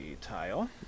tile